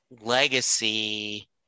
legacy